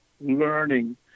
learning